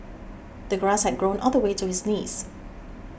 the grass had grown all the way to his knees